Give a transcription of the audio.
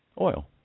Oil